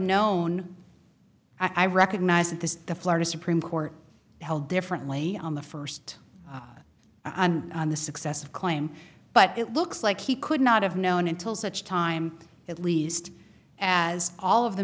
known i recognize that this is the florida supreme court held differently on the first on the success of claim but it looks like he could not have known until such time at least as all of the